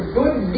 good